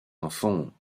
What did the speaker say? enfants